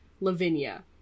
Lavinia